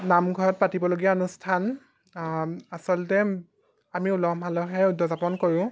নামঘৰত পাতিবলগীয়া অনুষ্ঠান আচলতে আমি উলহ মালহেৰে উদযাপন কৰোঁ